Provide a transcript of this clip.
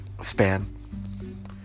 span